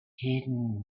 hidden